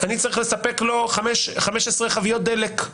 אני צריך לספק לו 15 חביות דלק,